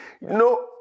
No